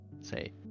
Say